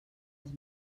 els